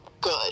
good